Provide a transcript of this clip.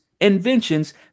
inventions